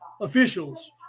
officials